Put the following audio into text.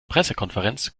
pressekonferenz